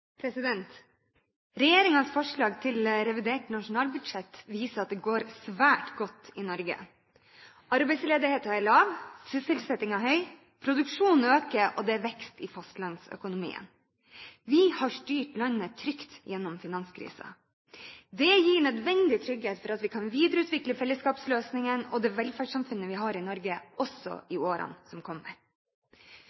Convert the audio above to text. forslag til revidert nasjonalbudsjett viser at det går svært godt i Norge. Arbeidsledigheten er lav, sysselsettingen høy, produksjonen øker, og det er vekst i fastlandsøkonomien. Vi har styrt landet trygt gjennom finanskrisen. Det gir nødvendig trygghet for at vi kan videreutvikle fellesskapsløsningene og det velferdssamfunnet vi har i Norge, også i